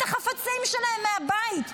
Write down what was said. את החפצים שלהם מהבית,